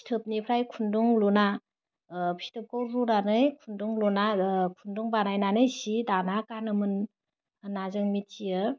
फिथोबनिफ्राय खुन्दुं लुना फिथोबखौ रुनानै खुन्दुं लुना खुन्दुं बानायनानै सि दाना गानोमोन होन्ना जों मिथियो